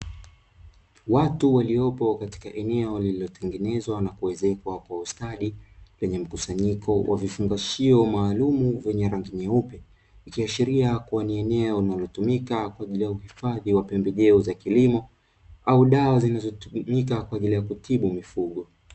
Watu waliopo katika eneo lililotengenezwa na kuezekwa kwa ustadi, lenye mkusanyiko wa vifungashio maalumu vyenye rangi nyeupe, ikiashiria kuwa ni eneo linalotumika kwa ajili ya uhifadhi wa pembejeo za kilimo au dawa zinazotumika kwa ajili ya kutibu mifugo.